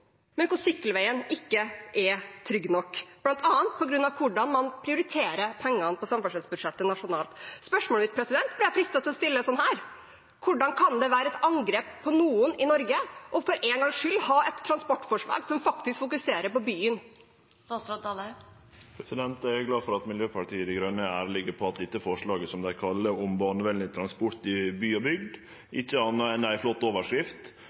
men hvor sykkelveien ikke er trygg nok, bl.a. på grunn av hvordan man prioriterer pengene på samferdselsbudsjettet nasjonalt. Spørsmålet mitt er jeg fristet til å stille slik: Hvordan kan det være et angrep på noen i Norge for en gangs skyld å ha et transportforslag som fokuserer på byen? Eg er glad for at Miljøpartiet Dei Grøne er ærlege på at dette representantforslaget, som dei kallar «om barnevennlig transport i by og bygd», ikkje er noko anna enn ei flott overskrift